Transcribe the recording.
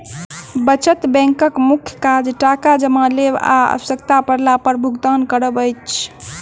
बचत बैंकक मुख्य काज टाका जमा लेब आ आवश्यता पड़ला पर भुगतान करब अछि